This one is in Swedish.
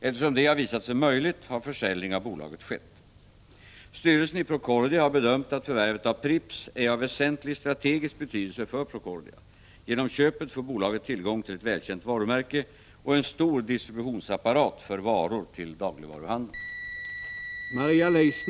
Eftersom detta har visat sig möjligt, har försäljning av bolaget skett. Styrelsen i Procordia AB har bedömt att förvärvet av Pripps är av väsentlig strategisk betydelse för Procordia AB. Genom köpet får bolaget tillgång till ett välkänt varumärke och en stor distributionsapparat för varor till dagligvaruhandeln.